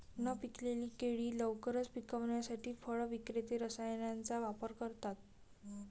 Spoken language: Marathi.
न पिकलेली केळी लवकर पिकवण्यासाठी फळ विक्रेते रसायनांचा वापर करतात